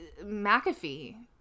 McAfee